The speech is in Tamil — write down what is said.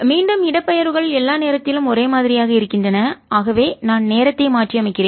மீண்டும் இடப்பெயர்வுகள் எல்லா நேரத்திலும் ஒரே மாதிரியாக இருக்கின்றன ஆகவே நான் நேரத்தை மாற்றி அமைக்கிறேன்